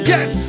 Yes